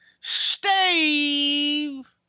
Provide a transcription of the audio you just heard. Steve